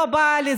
לא בא לי,